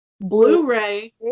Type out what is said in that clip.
Blu-ray